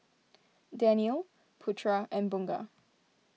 Daniel Putra and Bunga